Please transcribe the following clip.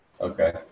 Okay